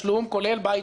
כולל בית שלי.